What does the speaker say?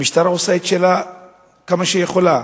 המשטרה עושה את שלה כמה שהיא יכולה.